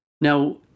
Now